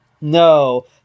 No